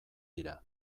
dira